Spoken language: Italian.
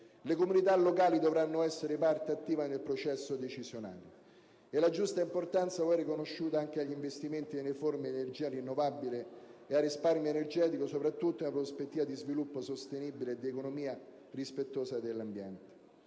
le comunità locali dovranno essere parte attiva nel processo decisionale. La giusta importanza va poi riconosciuta anche agli investimenti nelle fonti di energia rinnovabile e al risparmio energetico, soprattutto in una prospettiva di sviluppo sostenibile e di un'economia rispettosa dell'ambiente.